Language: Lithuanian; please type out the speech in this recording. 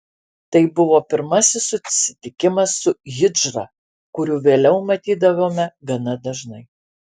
tai buvo pirmasis susitikimas su hidžra kurių vėliau matydavome gana dažnai